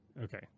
Okay